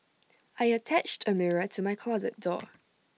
I attached A mirror to my closet door